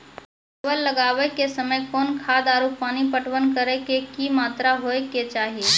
परवल लगाबै के समय कौन खाद आरु पानी पटवन करै के कि मात्रा होय केचाही?